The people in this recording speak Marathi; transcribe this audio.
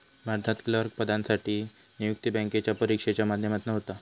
भारतात क्लर्क पदासाठी नियुक्ती बॅन्केच्या परिक्षेच्या माध्यमातना होता